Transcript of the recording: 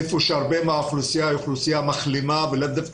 היכן שהרבה מהאוכלוסייה היא אוכלוסייה מחלימה ולאו דווקא